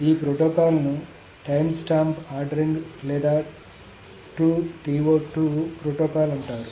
ఈ ప్రోటోకాల్ను timestamp ordering లేదా TO ప్రోటోకాల్ అంటారు